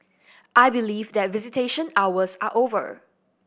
I believe that visitation hours are over